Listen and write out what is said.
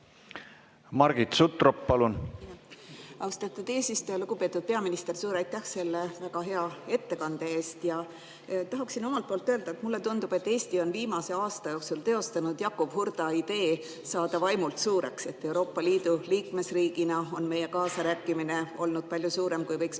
Margit Sutrop, palun! Austatud eesistuja! Lugupeetud peaminister, suur aitäh selle väga hea ettekande eest! Tahan öelda, et mulle tundub, et Eesti on viimase aasta jooksul teostanud Jakob Hurda idee saada vaimult suureks. Euroopa Liidu liikmesriigina on meie kaasarääkimine olnud palju suurem, kui võiks meie